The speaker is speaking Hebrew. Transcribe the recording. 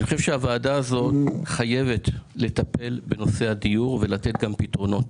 אני חושב שהוועדה הזאת חייבת לטפל בנושא הדיור ולתת גם פתרונות.